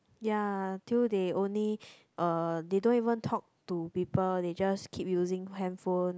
ya till they only uh they don't even talk to people they just keep using handphone